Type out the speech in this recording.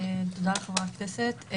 תודה לחברי הכנסת.